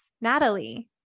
Natalie